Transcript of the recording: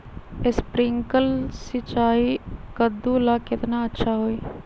Sprinkler सिंचाई कददु ला केतना अच्छा होई?